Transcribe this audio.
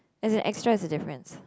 as in extra is the difference